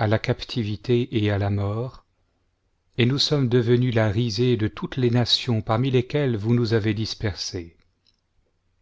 à la captivité et à la mort et nous sommes devenus la risée de toutes les nations parmi lesquelles vous nous avez dispersés